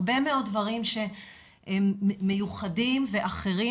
הרבה מאוד דברים שמיוחדים ואחרים,